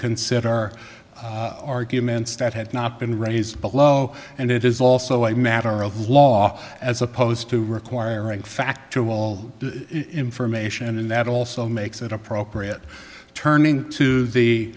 consider arguments that had not been raised below and it is also a matter of law as opposed to requiring fact to all the information and that also makes it appropriate turning to the